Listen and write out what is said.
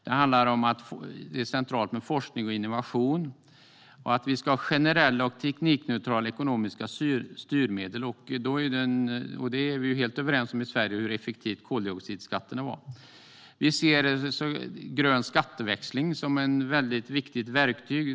Det handlar om att det är centralt med forskning och innovation och att vi ska ha generella och teknikneutrala ekonomiska styrmedel. Vi är ju helt överens i Sverige om hur effektiv koldioxidskatten har varit. Vi ser grön skatteväxling som ett mycket viktigt verktyg.